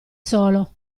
solo